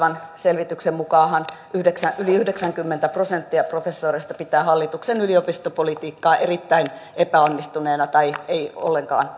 tässä viitatun selvityksen mukaanhan yli yhdeksänkymmentä prosenttia professoreista pitää hallituksen yliopistopolitiikkaa erittäin epäonnistuneena tai ei ollenkaan